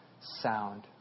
sound